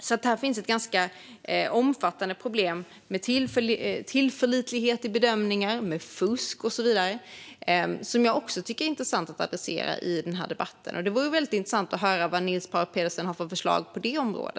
Det finns ett ganska omfattande problem när det gäller tillförlitlighet i bedömningar, fusk och så vidare som jag tycker är intressant att adressera i den här debatten. Det vore väldigt intressant att höra vilka förslag Niels Paarup-Petersen har på detta område.